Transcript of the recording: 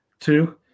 Two